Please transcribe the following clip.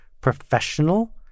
professional